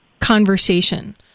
conversation